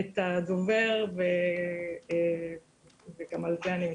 את הדובר ואני מתנצלת.